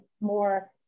more